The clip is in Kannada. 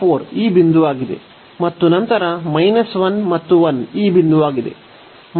24 ಈ ಬಿಂದುವಾಗಿದೆ ಮತ್ತು ನಂತರ 1 ಮತ್ತು 1 ಈ ಬಿಂದುವಾಗಿದೆ